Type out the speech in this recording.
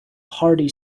hearty